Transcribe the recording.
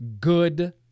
Good